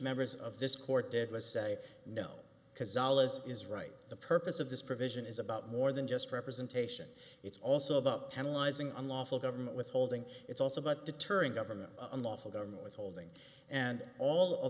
members of this court did was say no cazalet is right the purpose of this provision is about more than just representation it's also about catalyzing unlawful government withholding it's also about deterring government unlawful government withholding and all